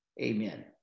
amen